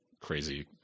crazy